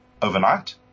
Overnight